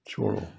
छोड़ो